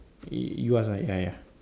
you ask ah ya ya